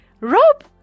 Rob